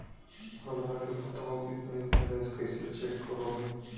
हमरा के बताओ कि बैंक बैलेंस कैसे चेक करो है?